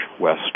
west